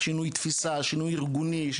שינוי תפיסה, שינוי ארגוני.